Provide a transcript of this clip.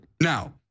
Now